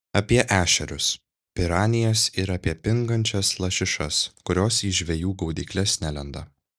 apie ešerius piranijas ir apie pingančias lašišas kurios į žvejų gaudykles nelenda